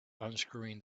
unscrewing